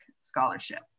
scholarship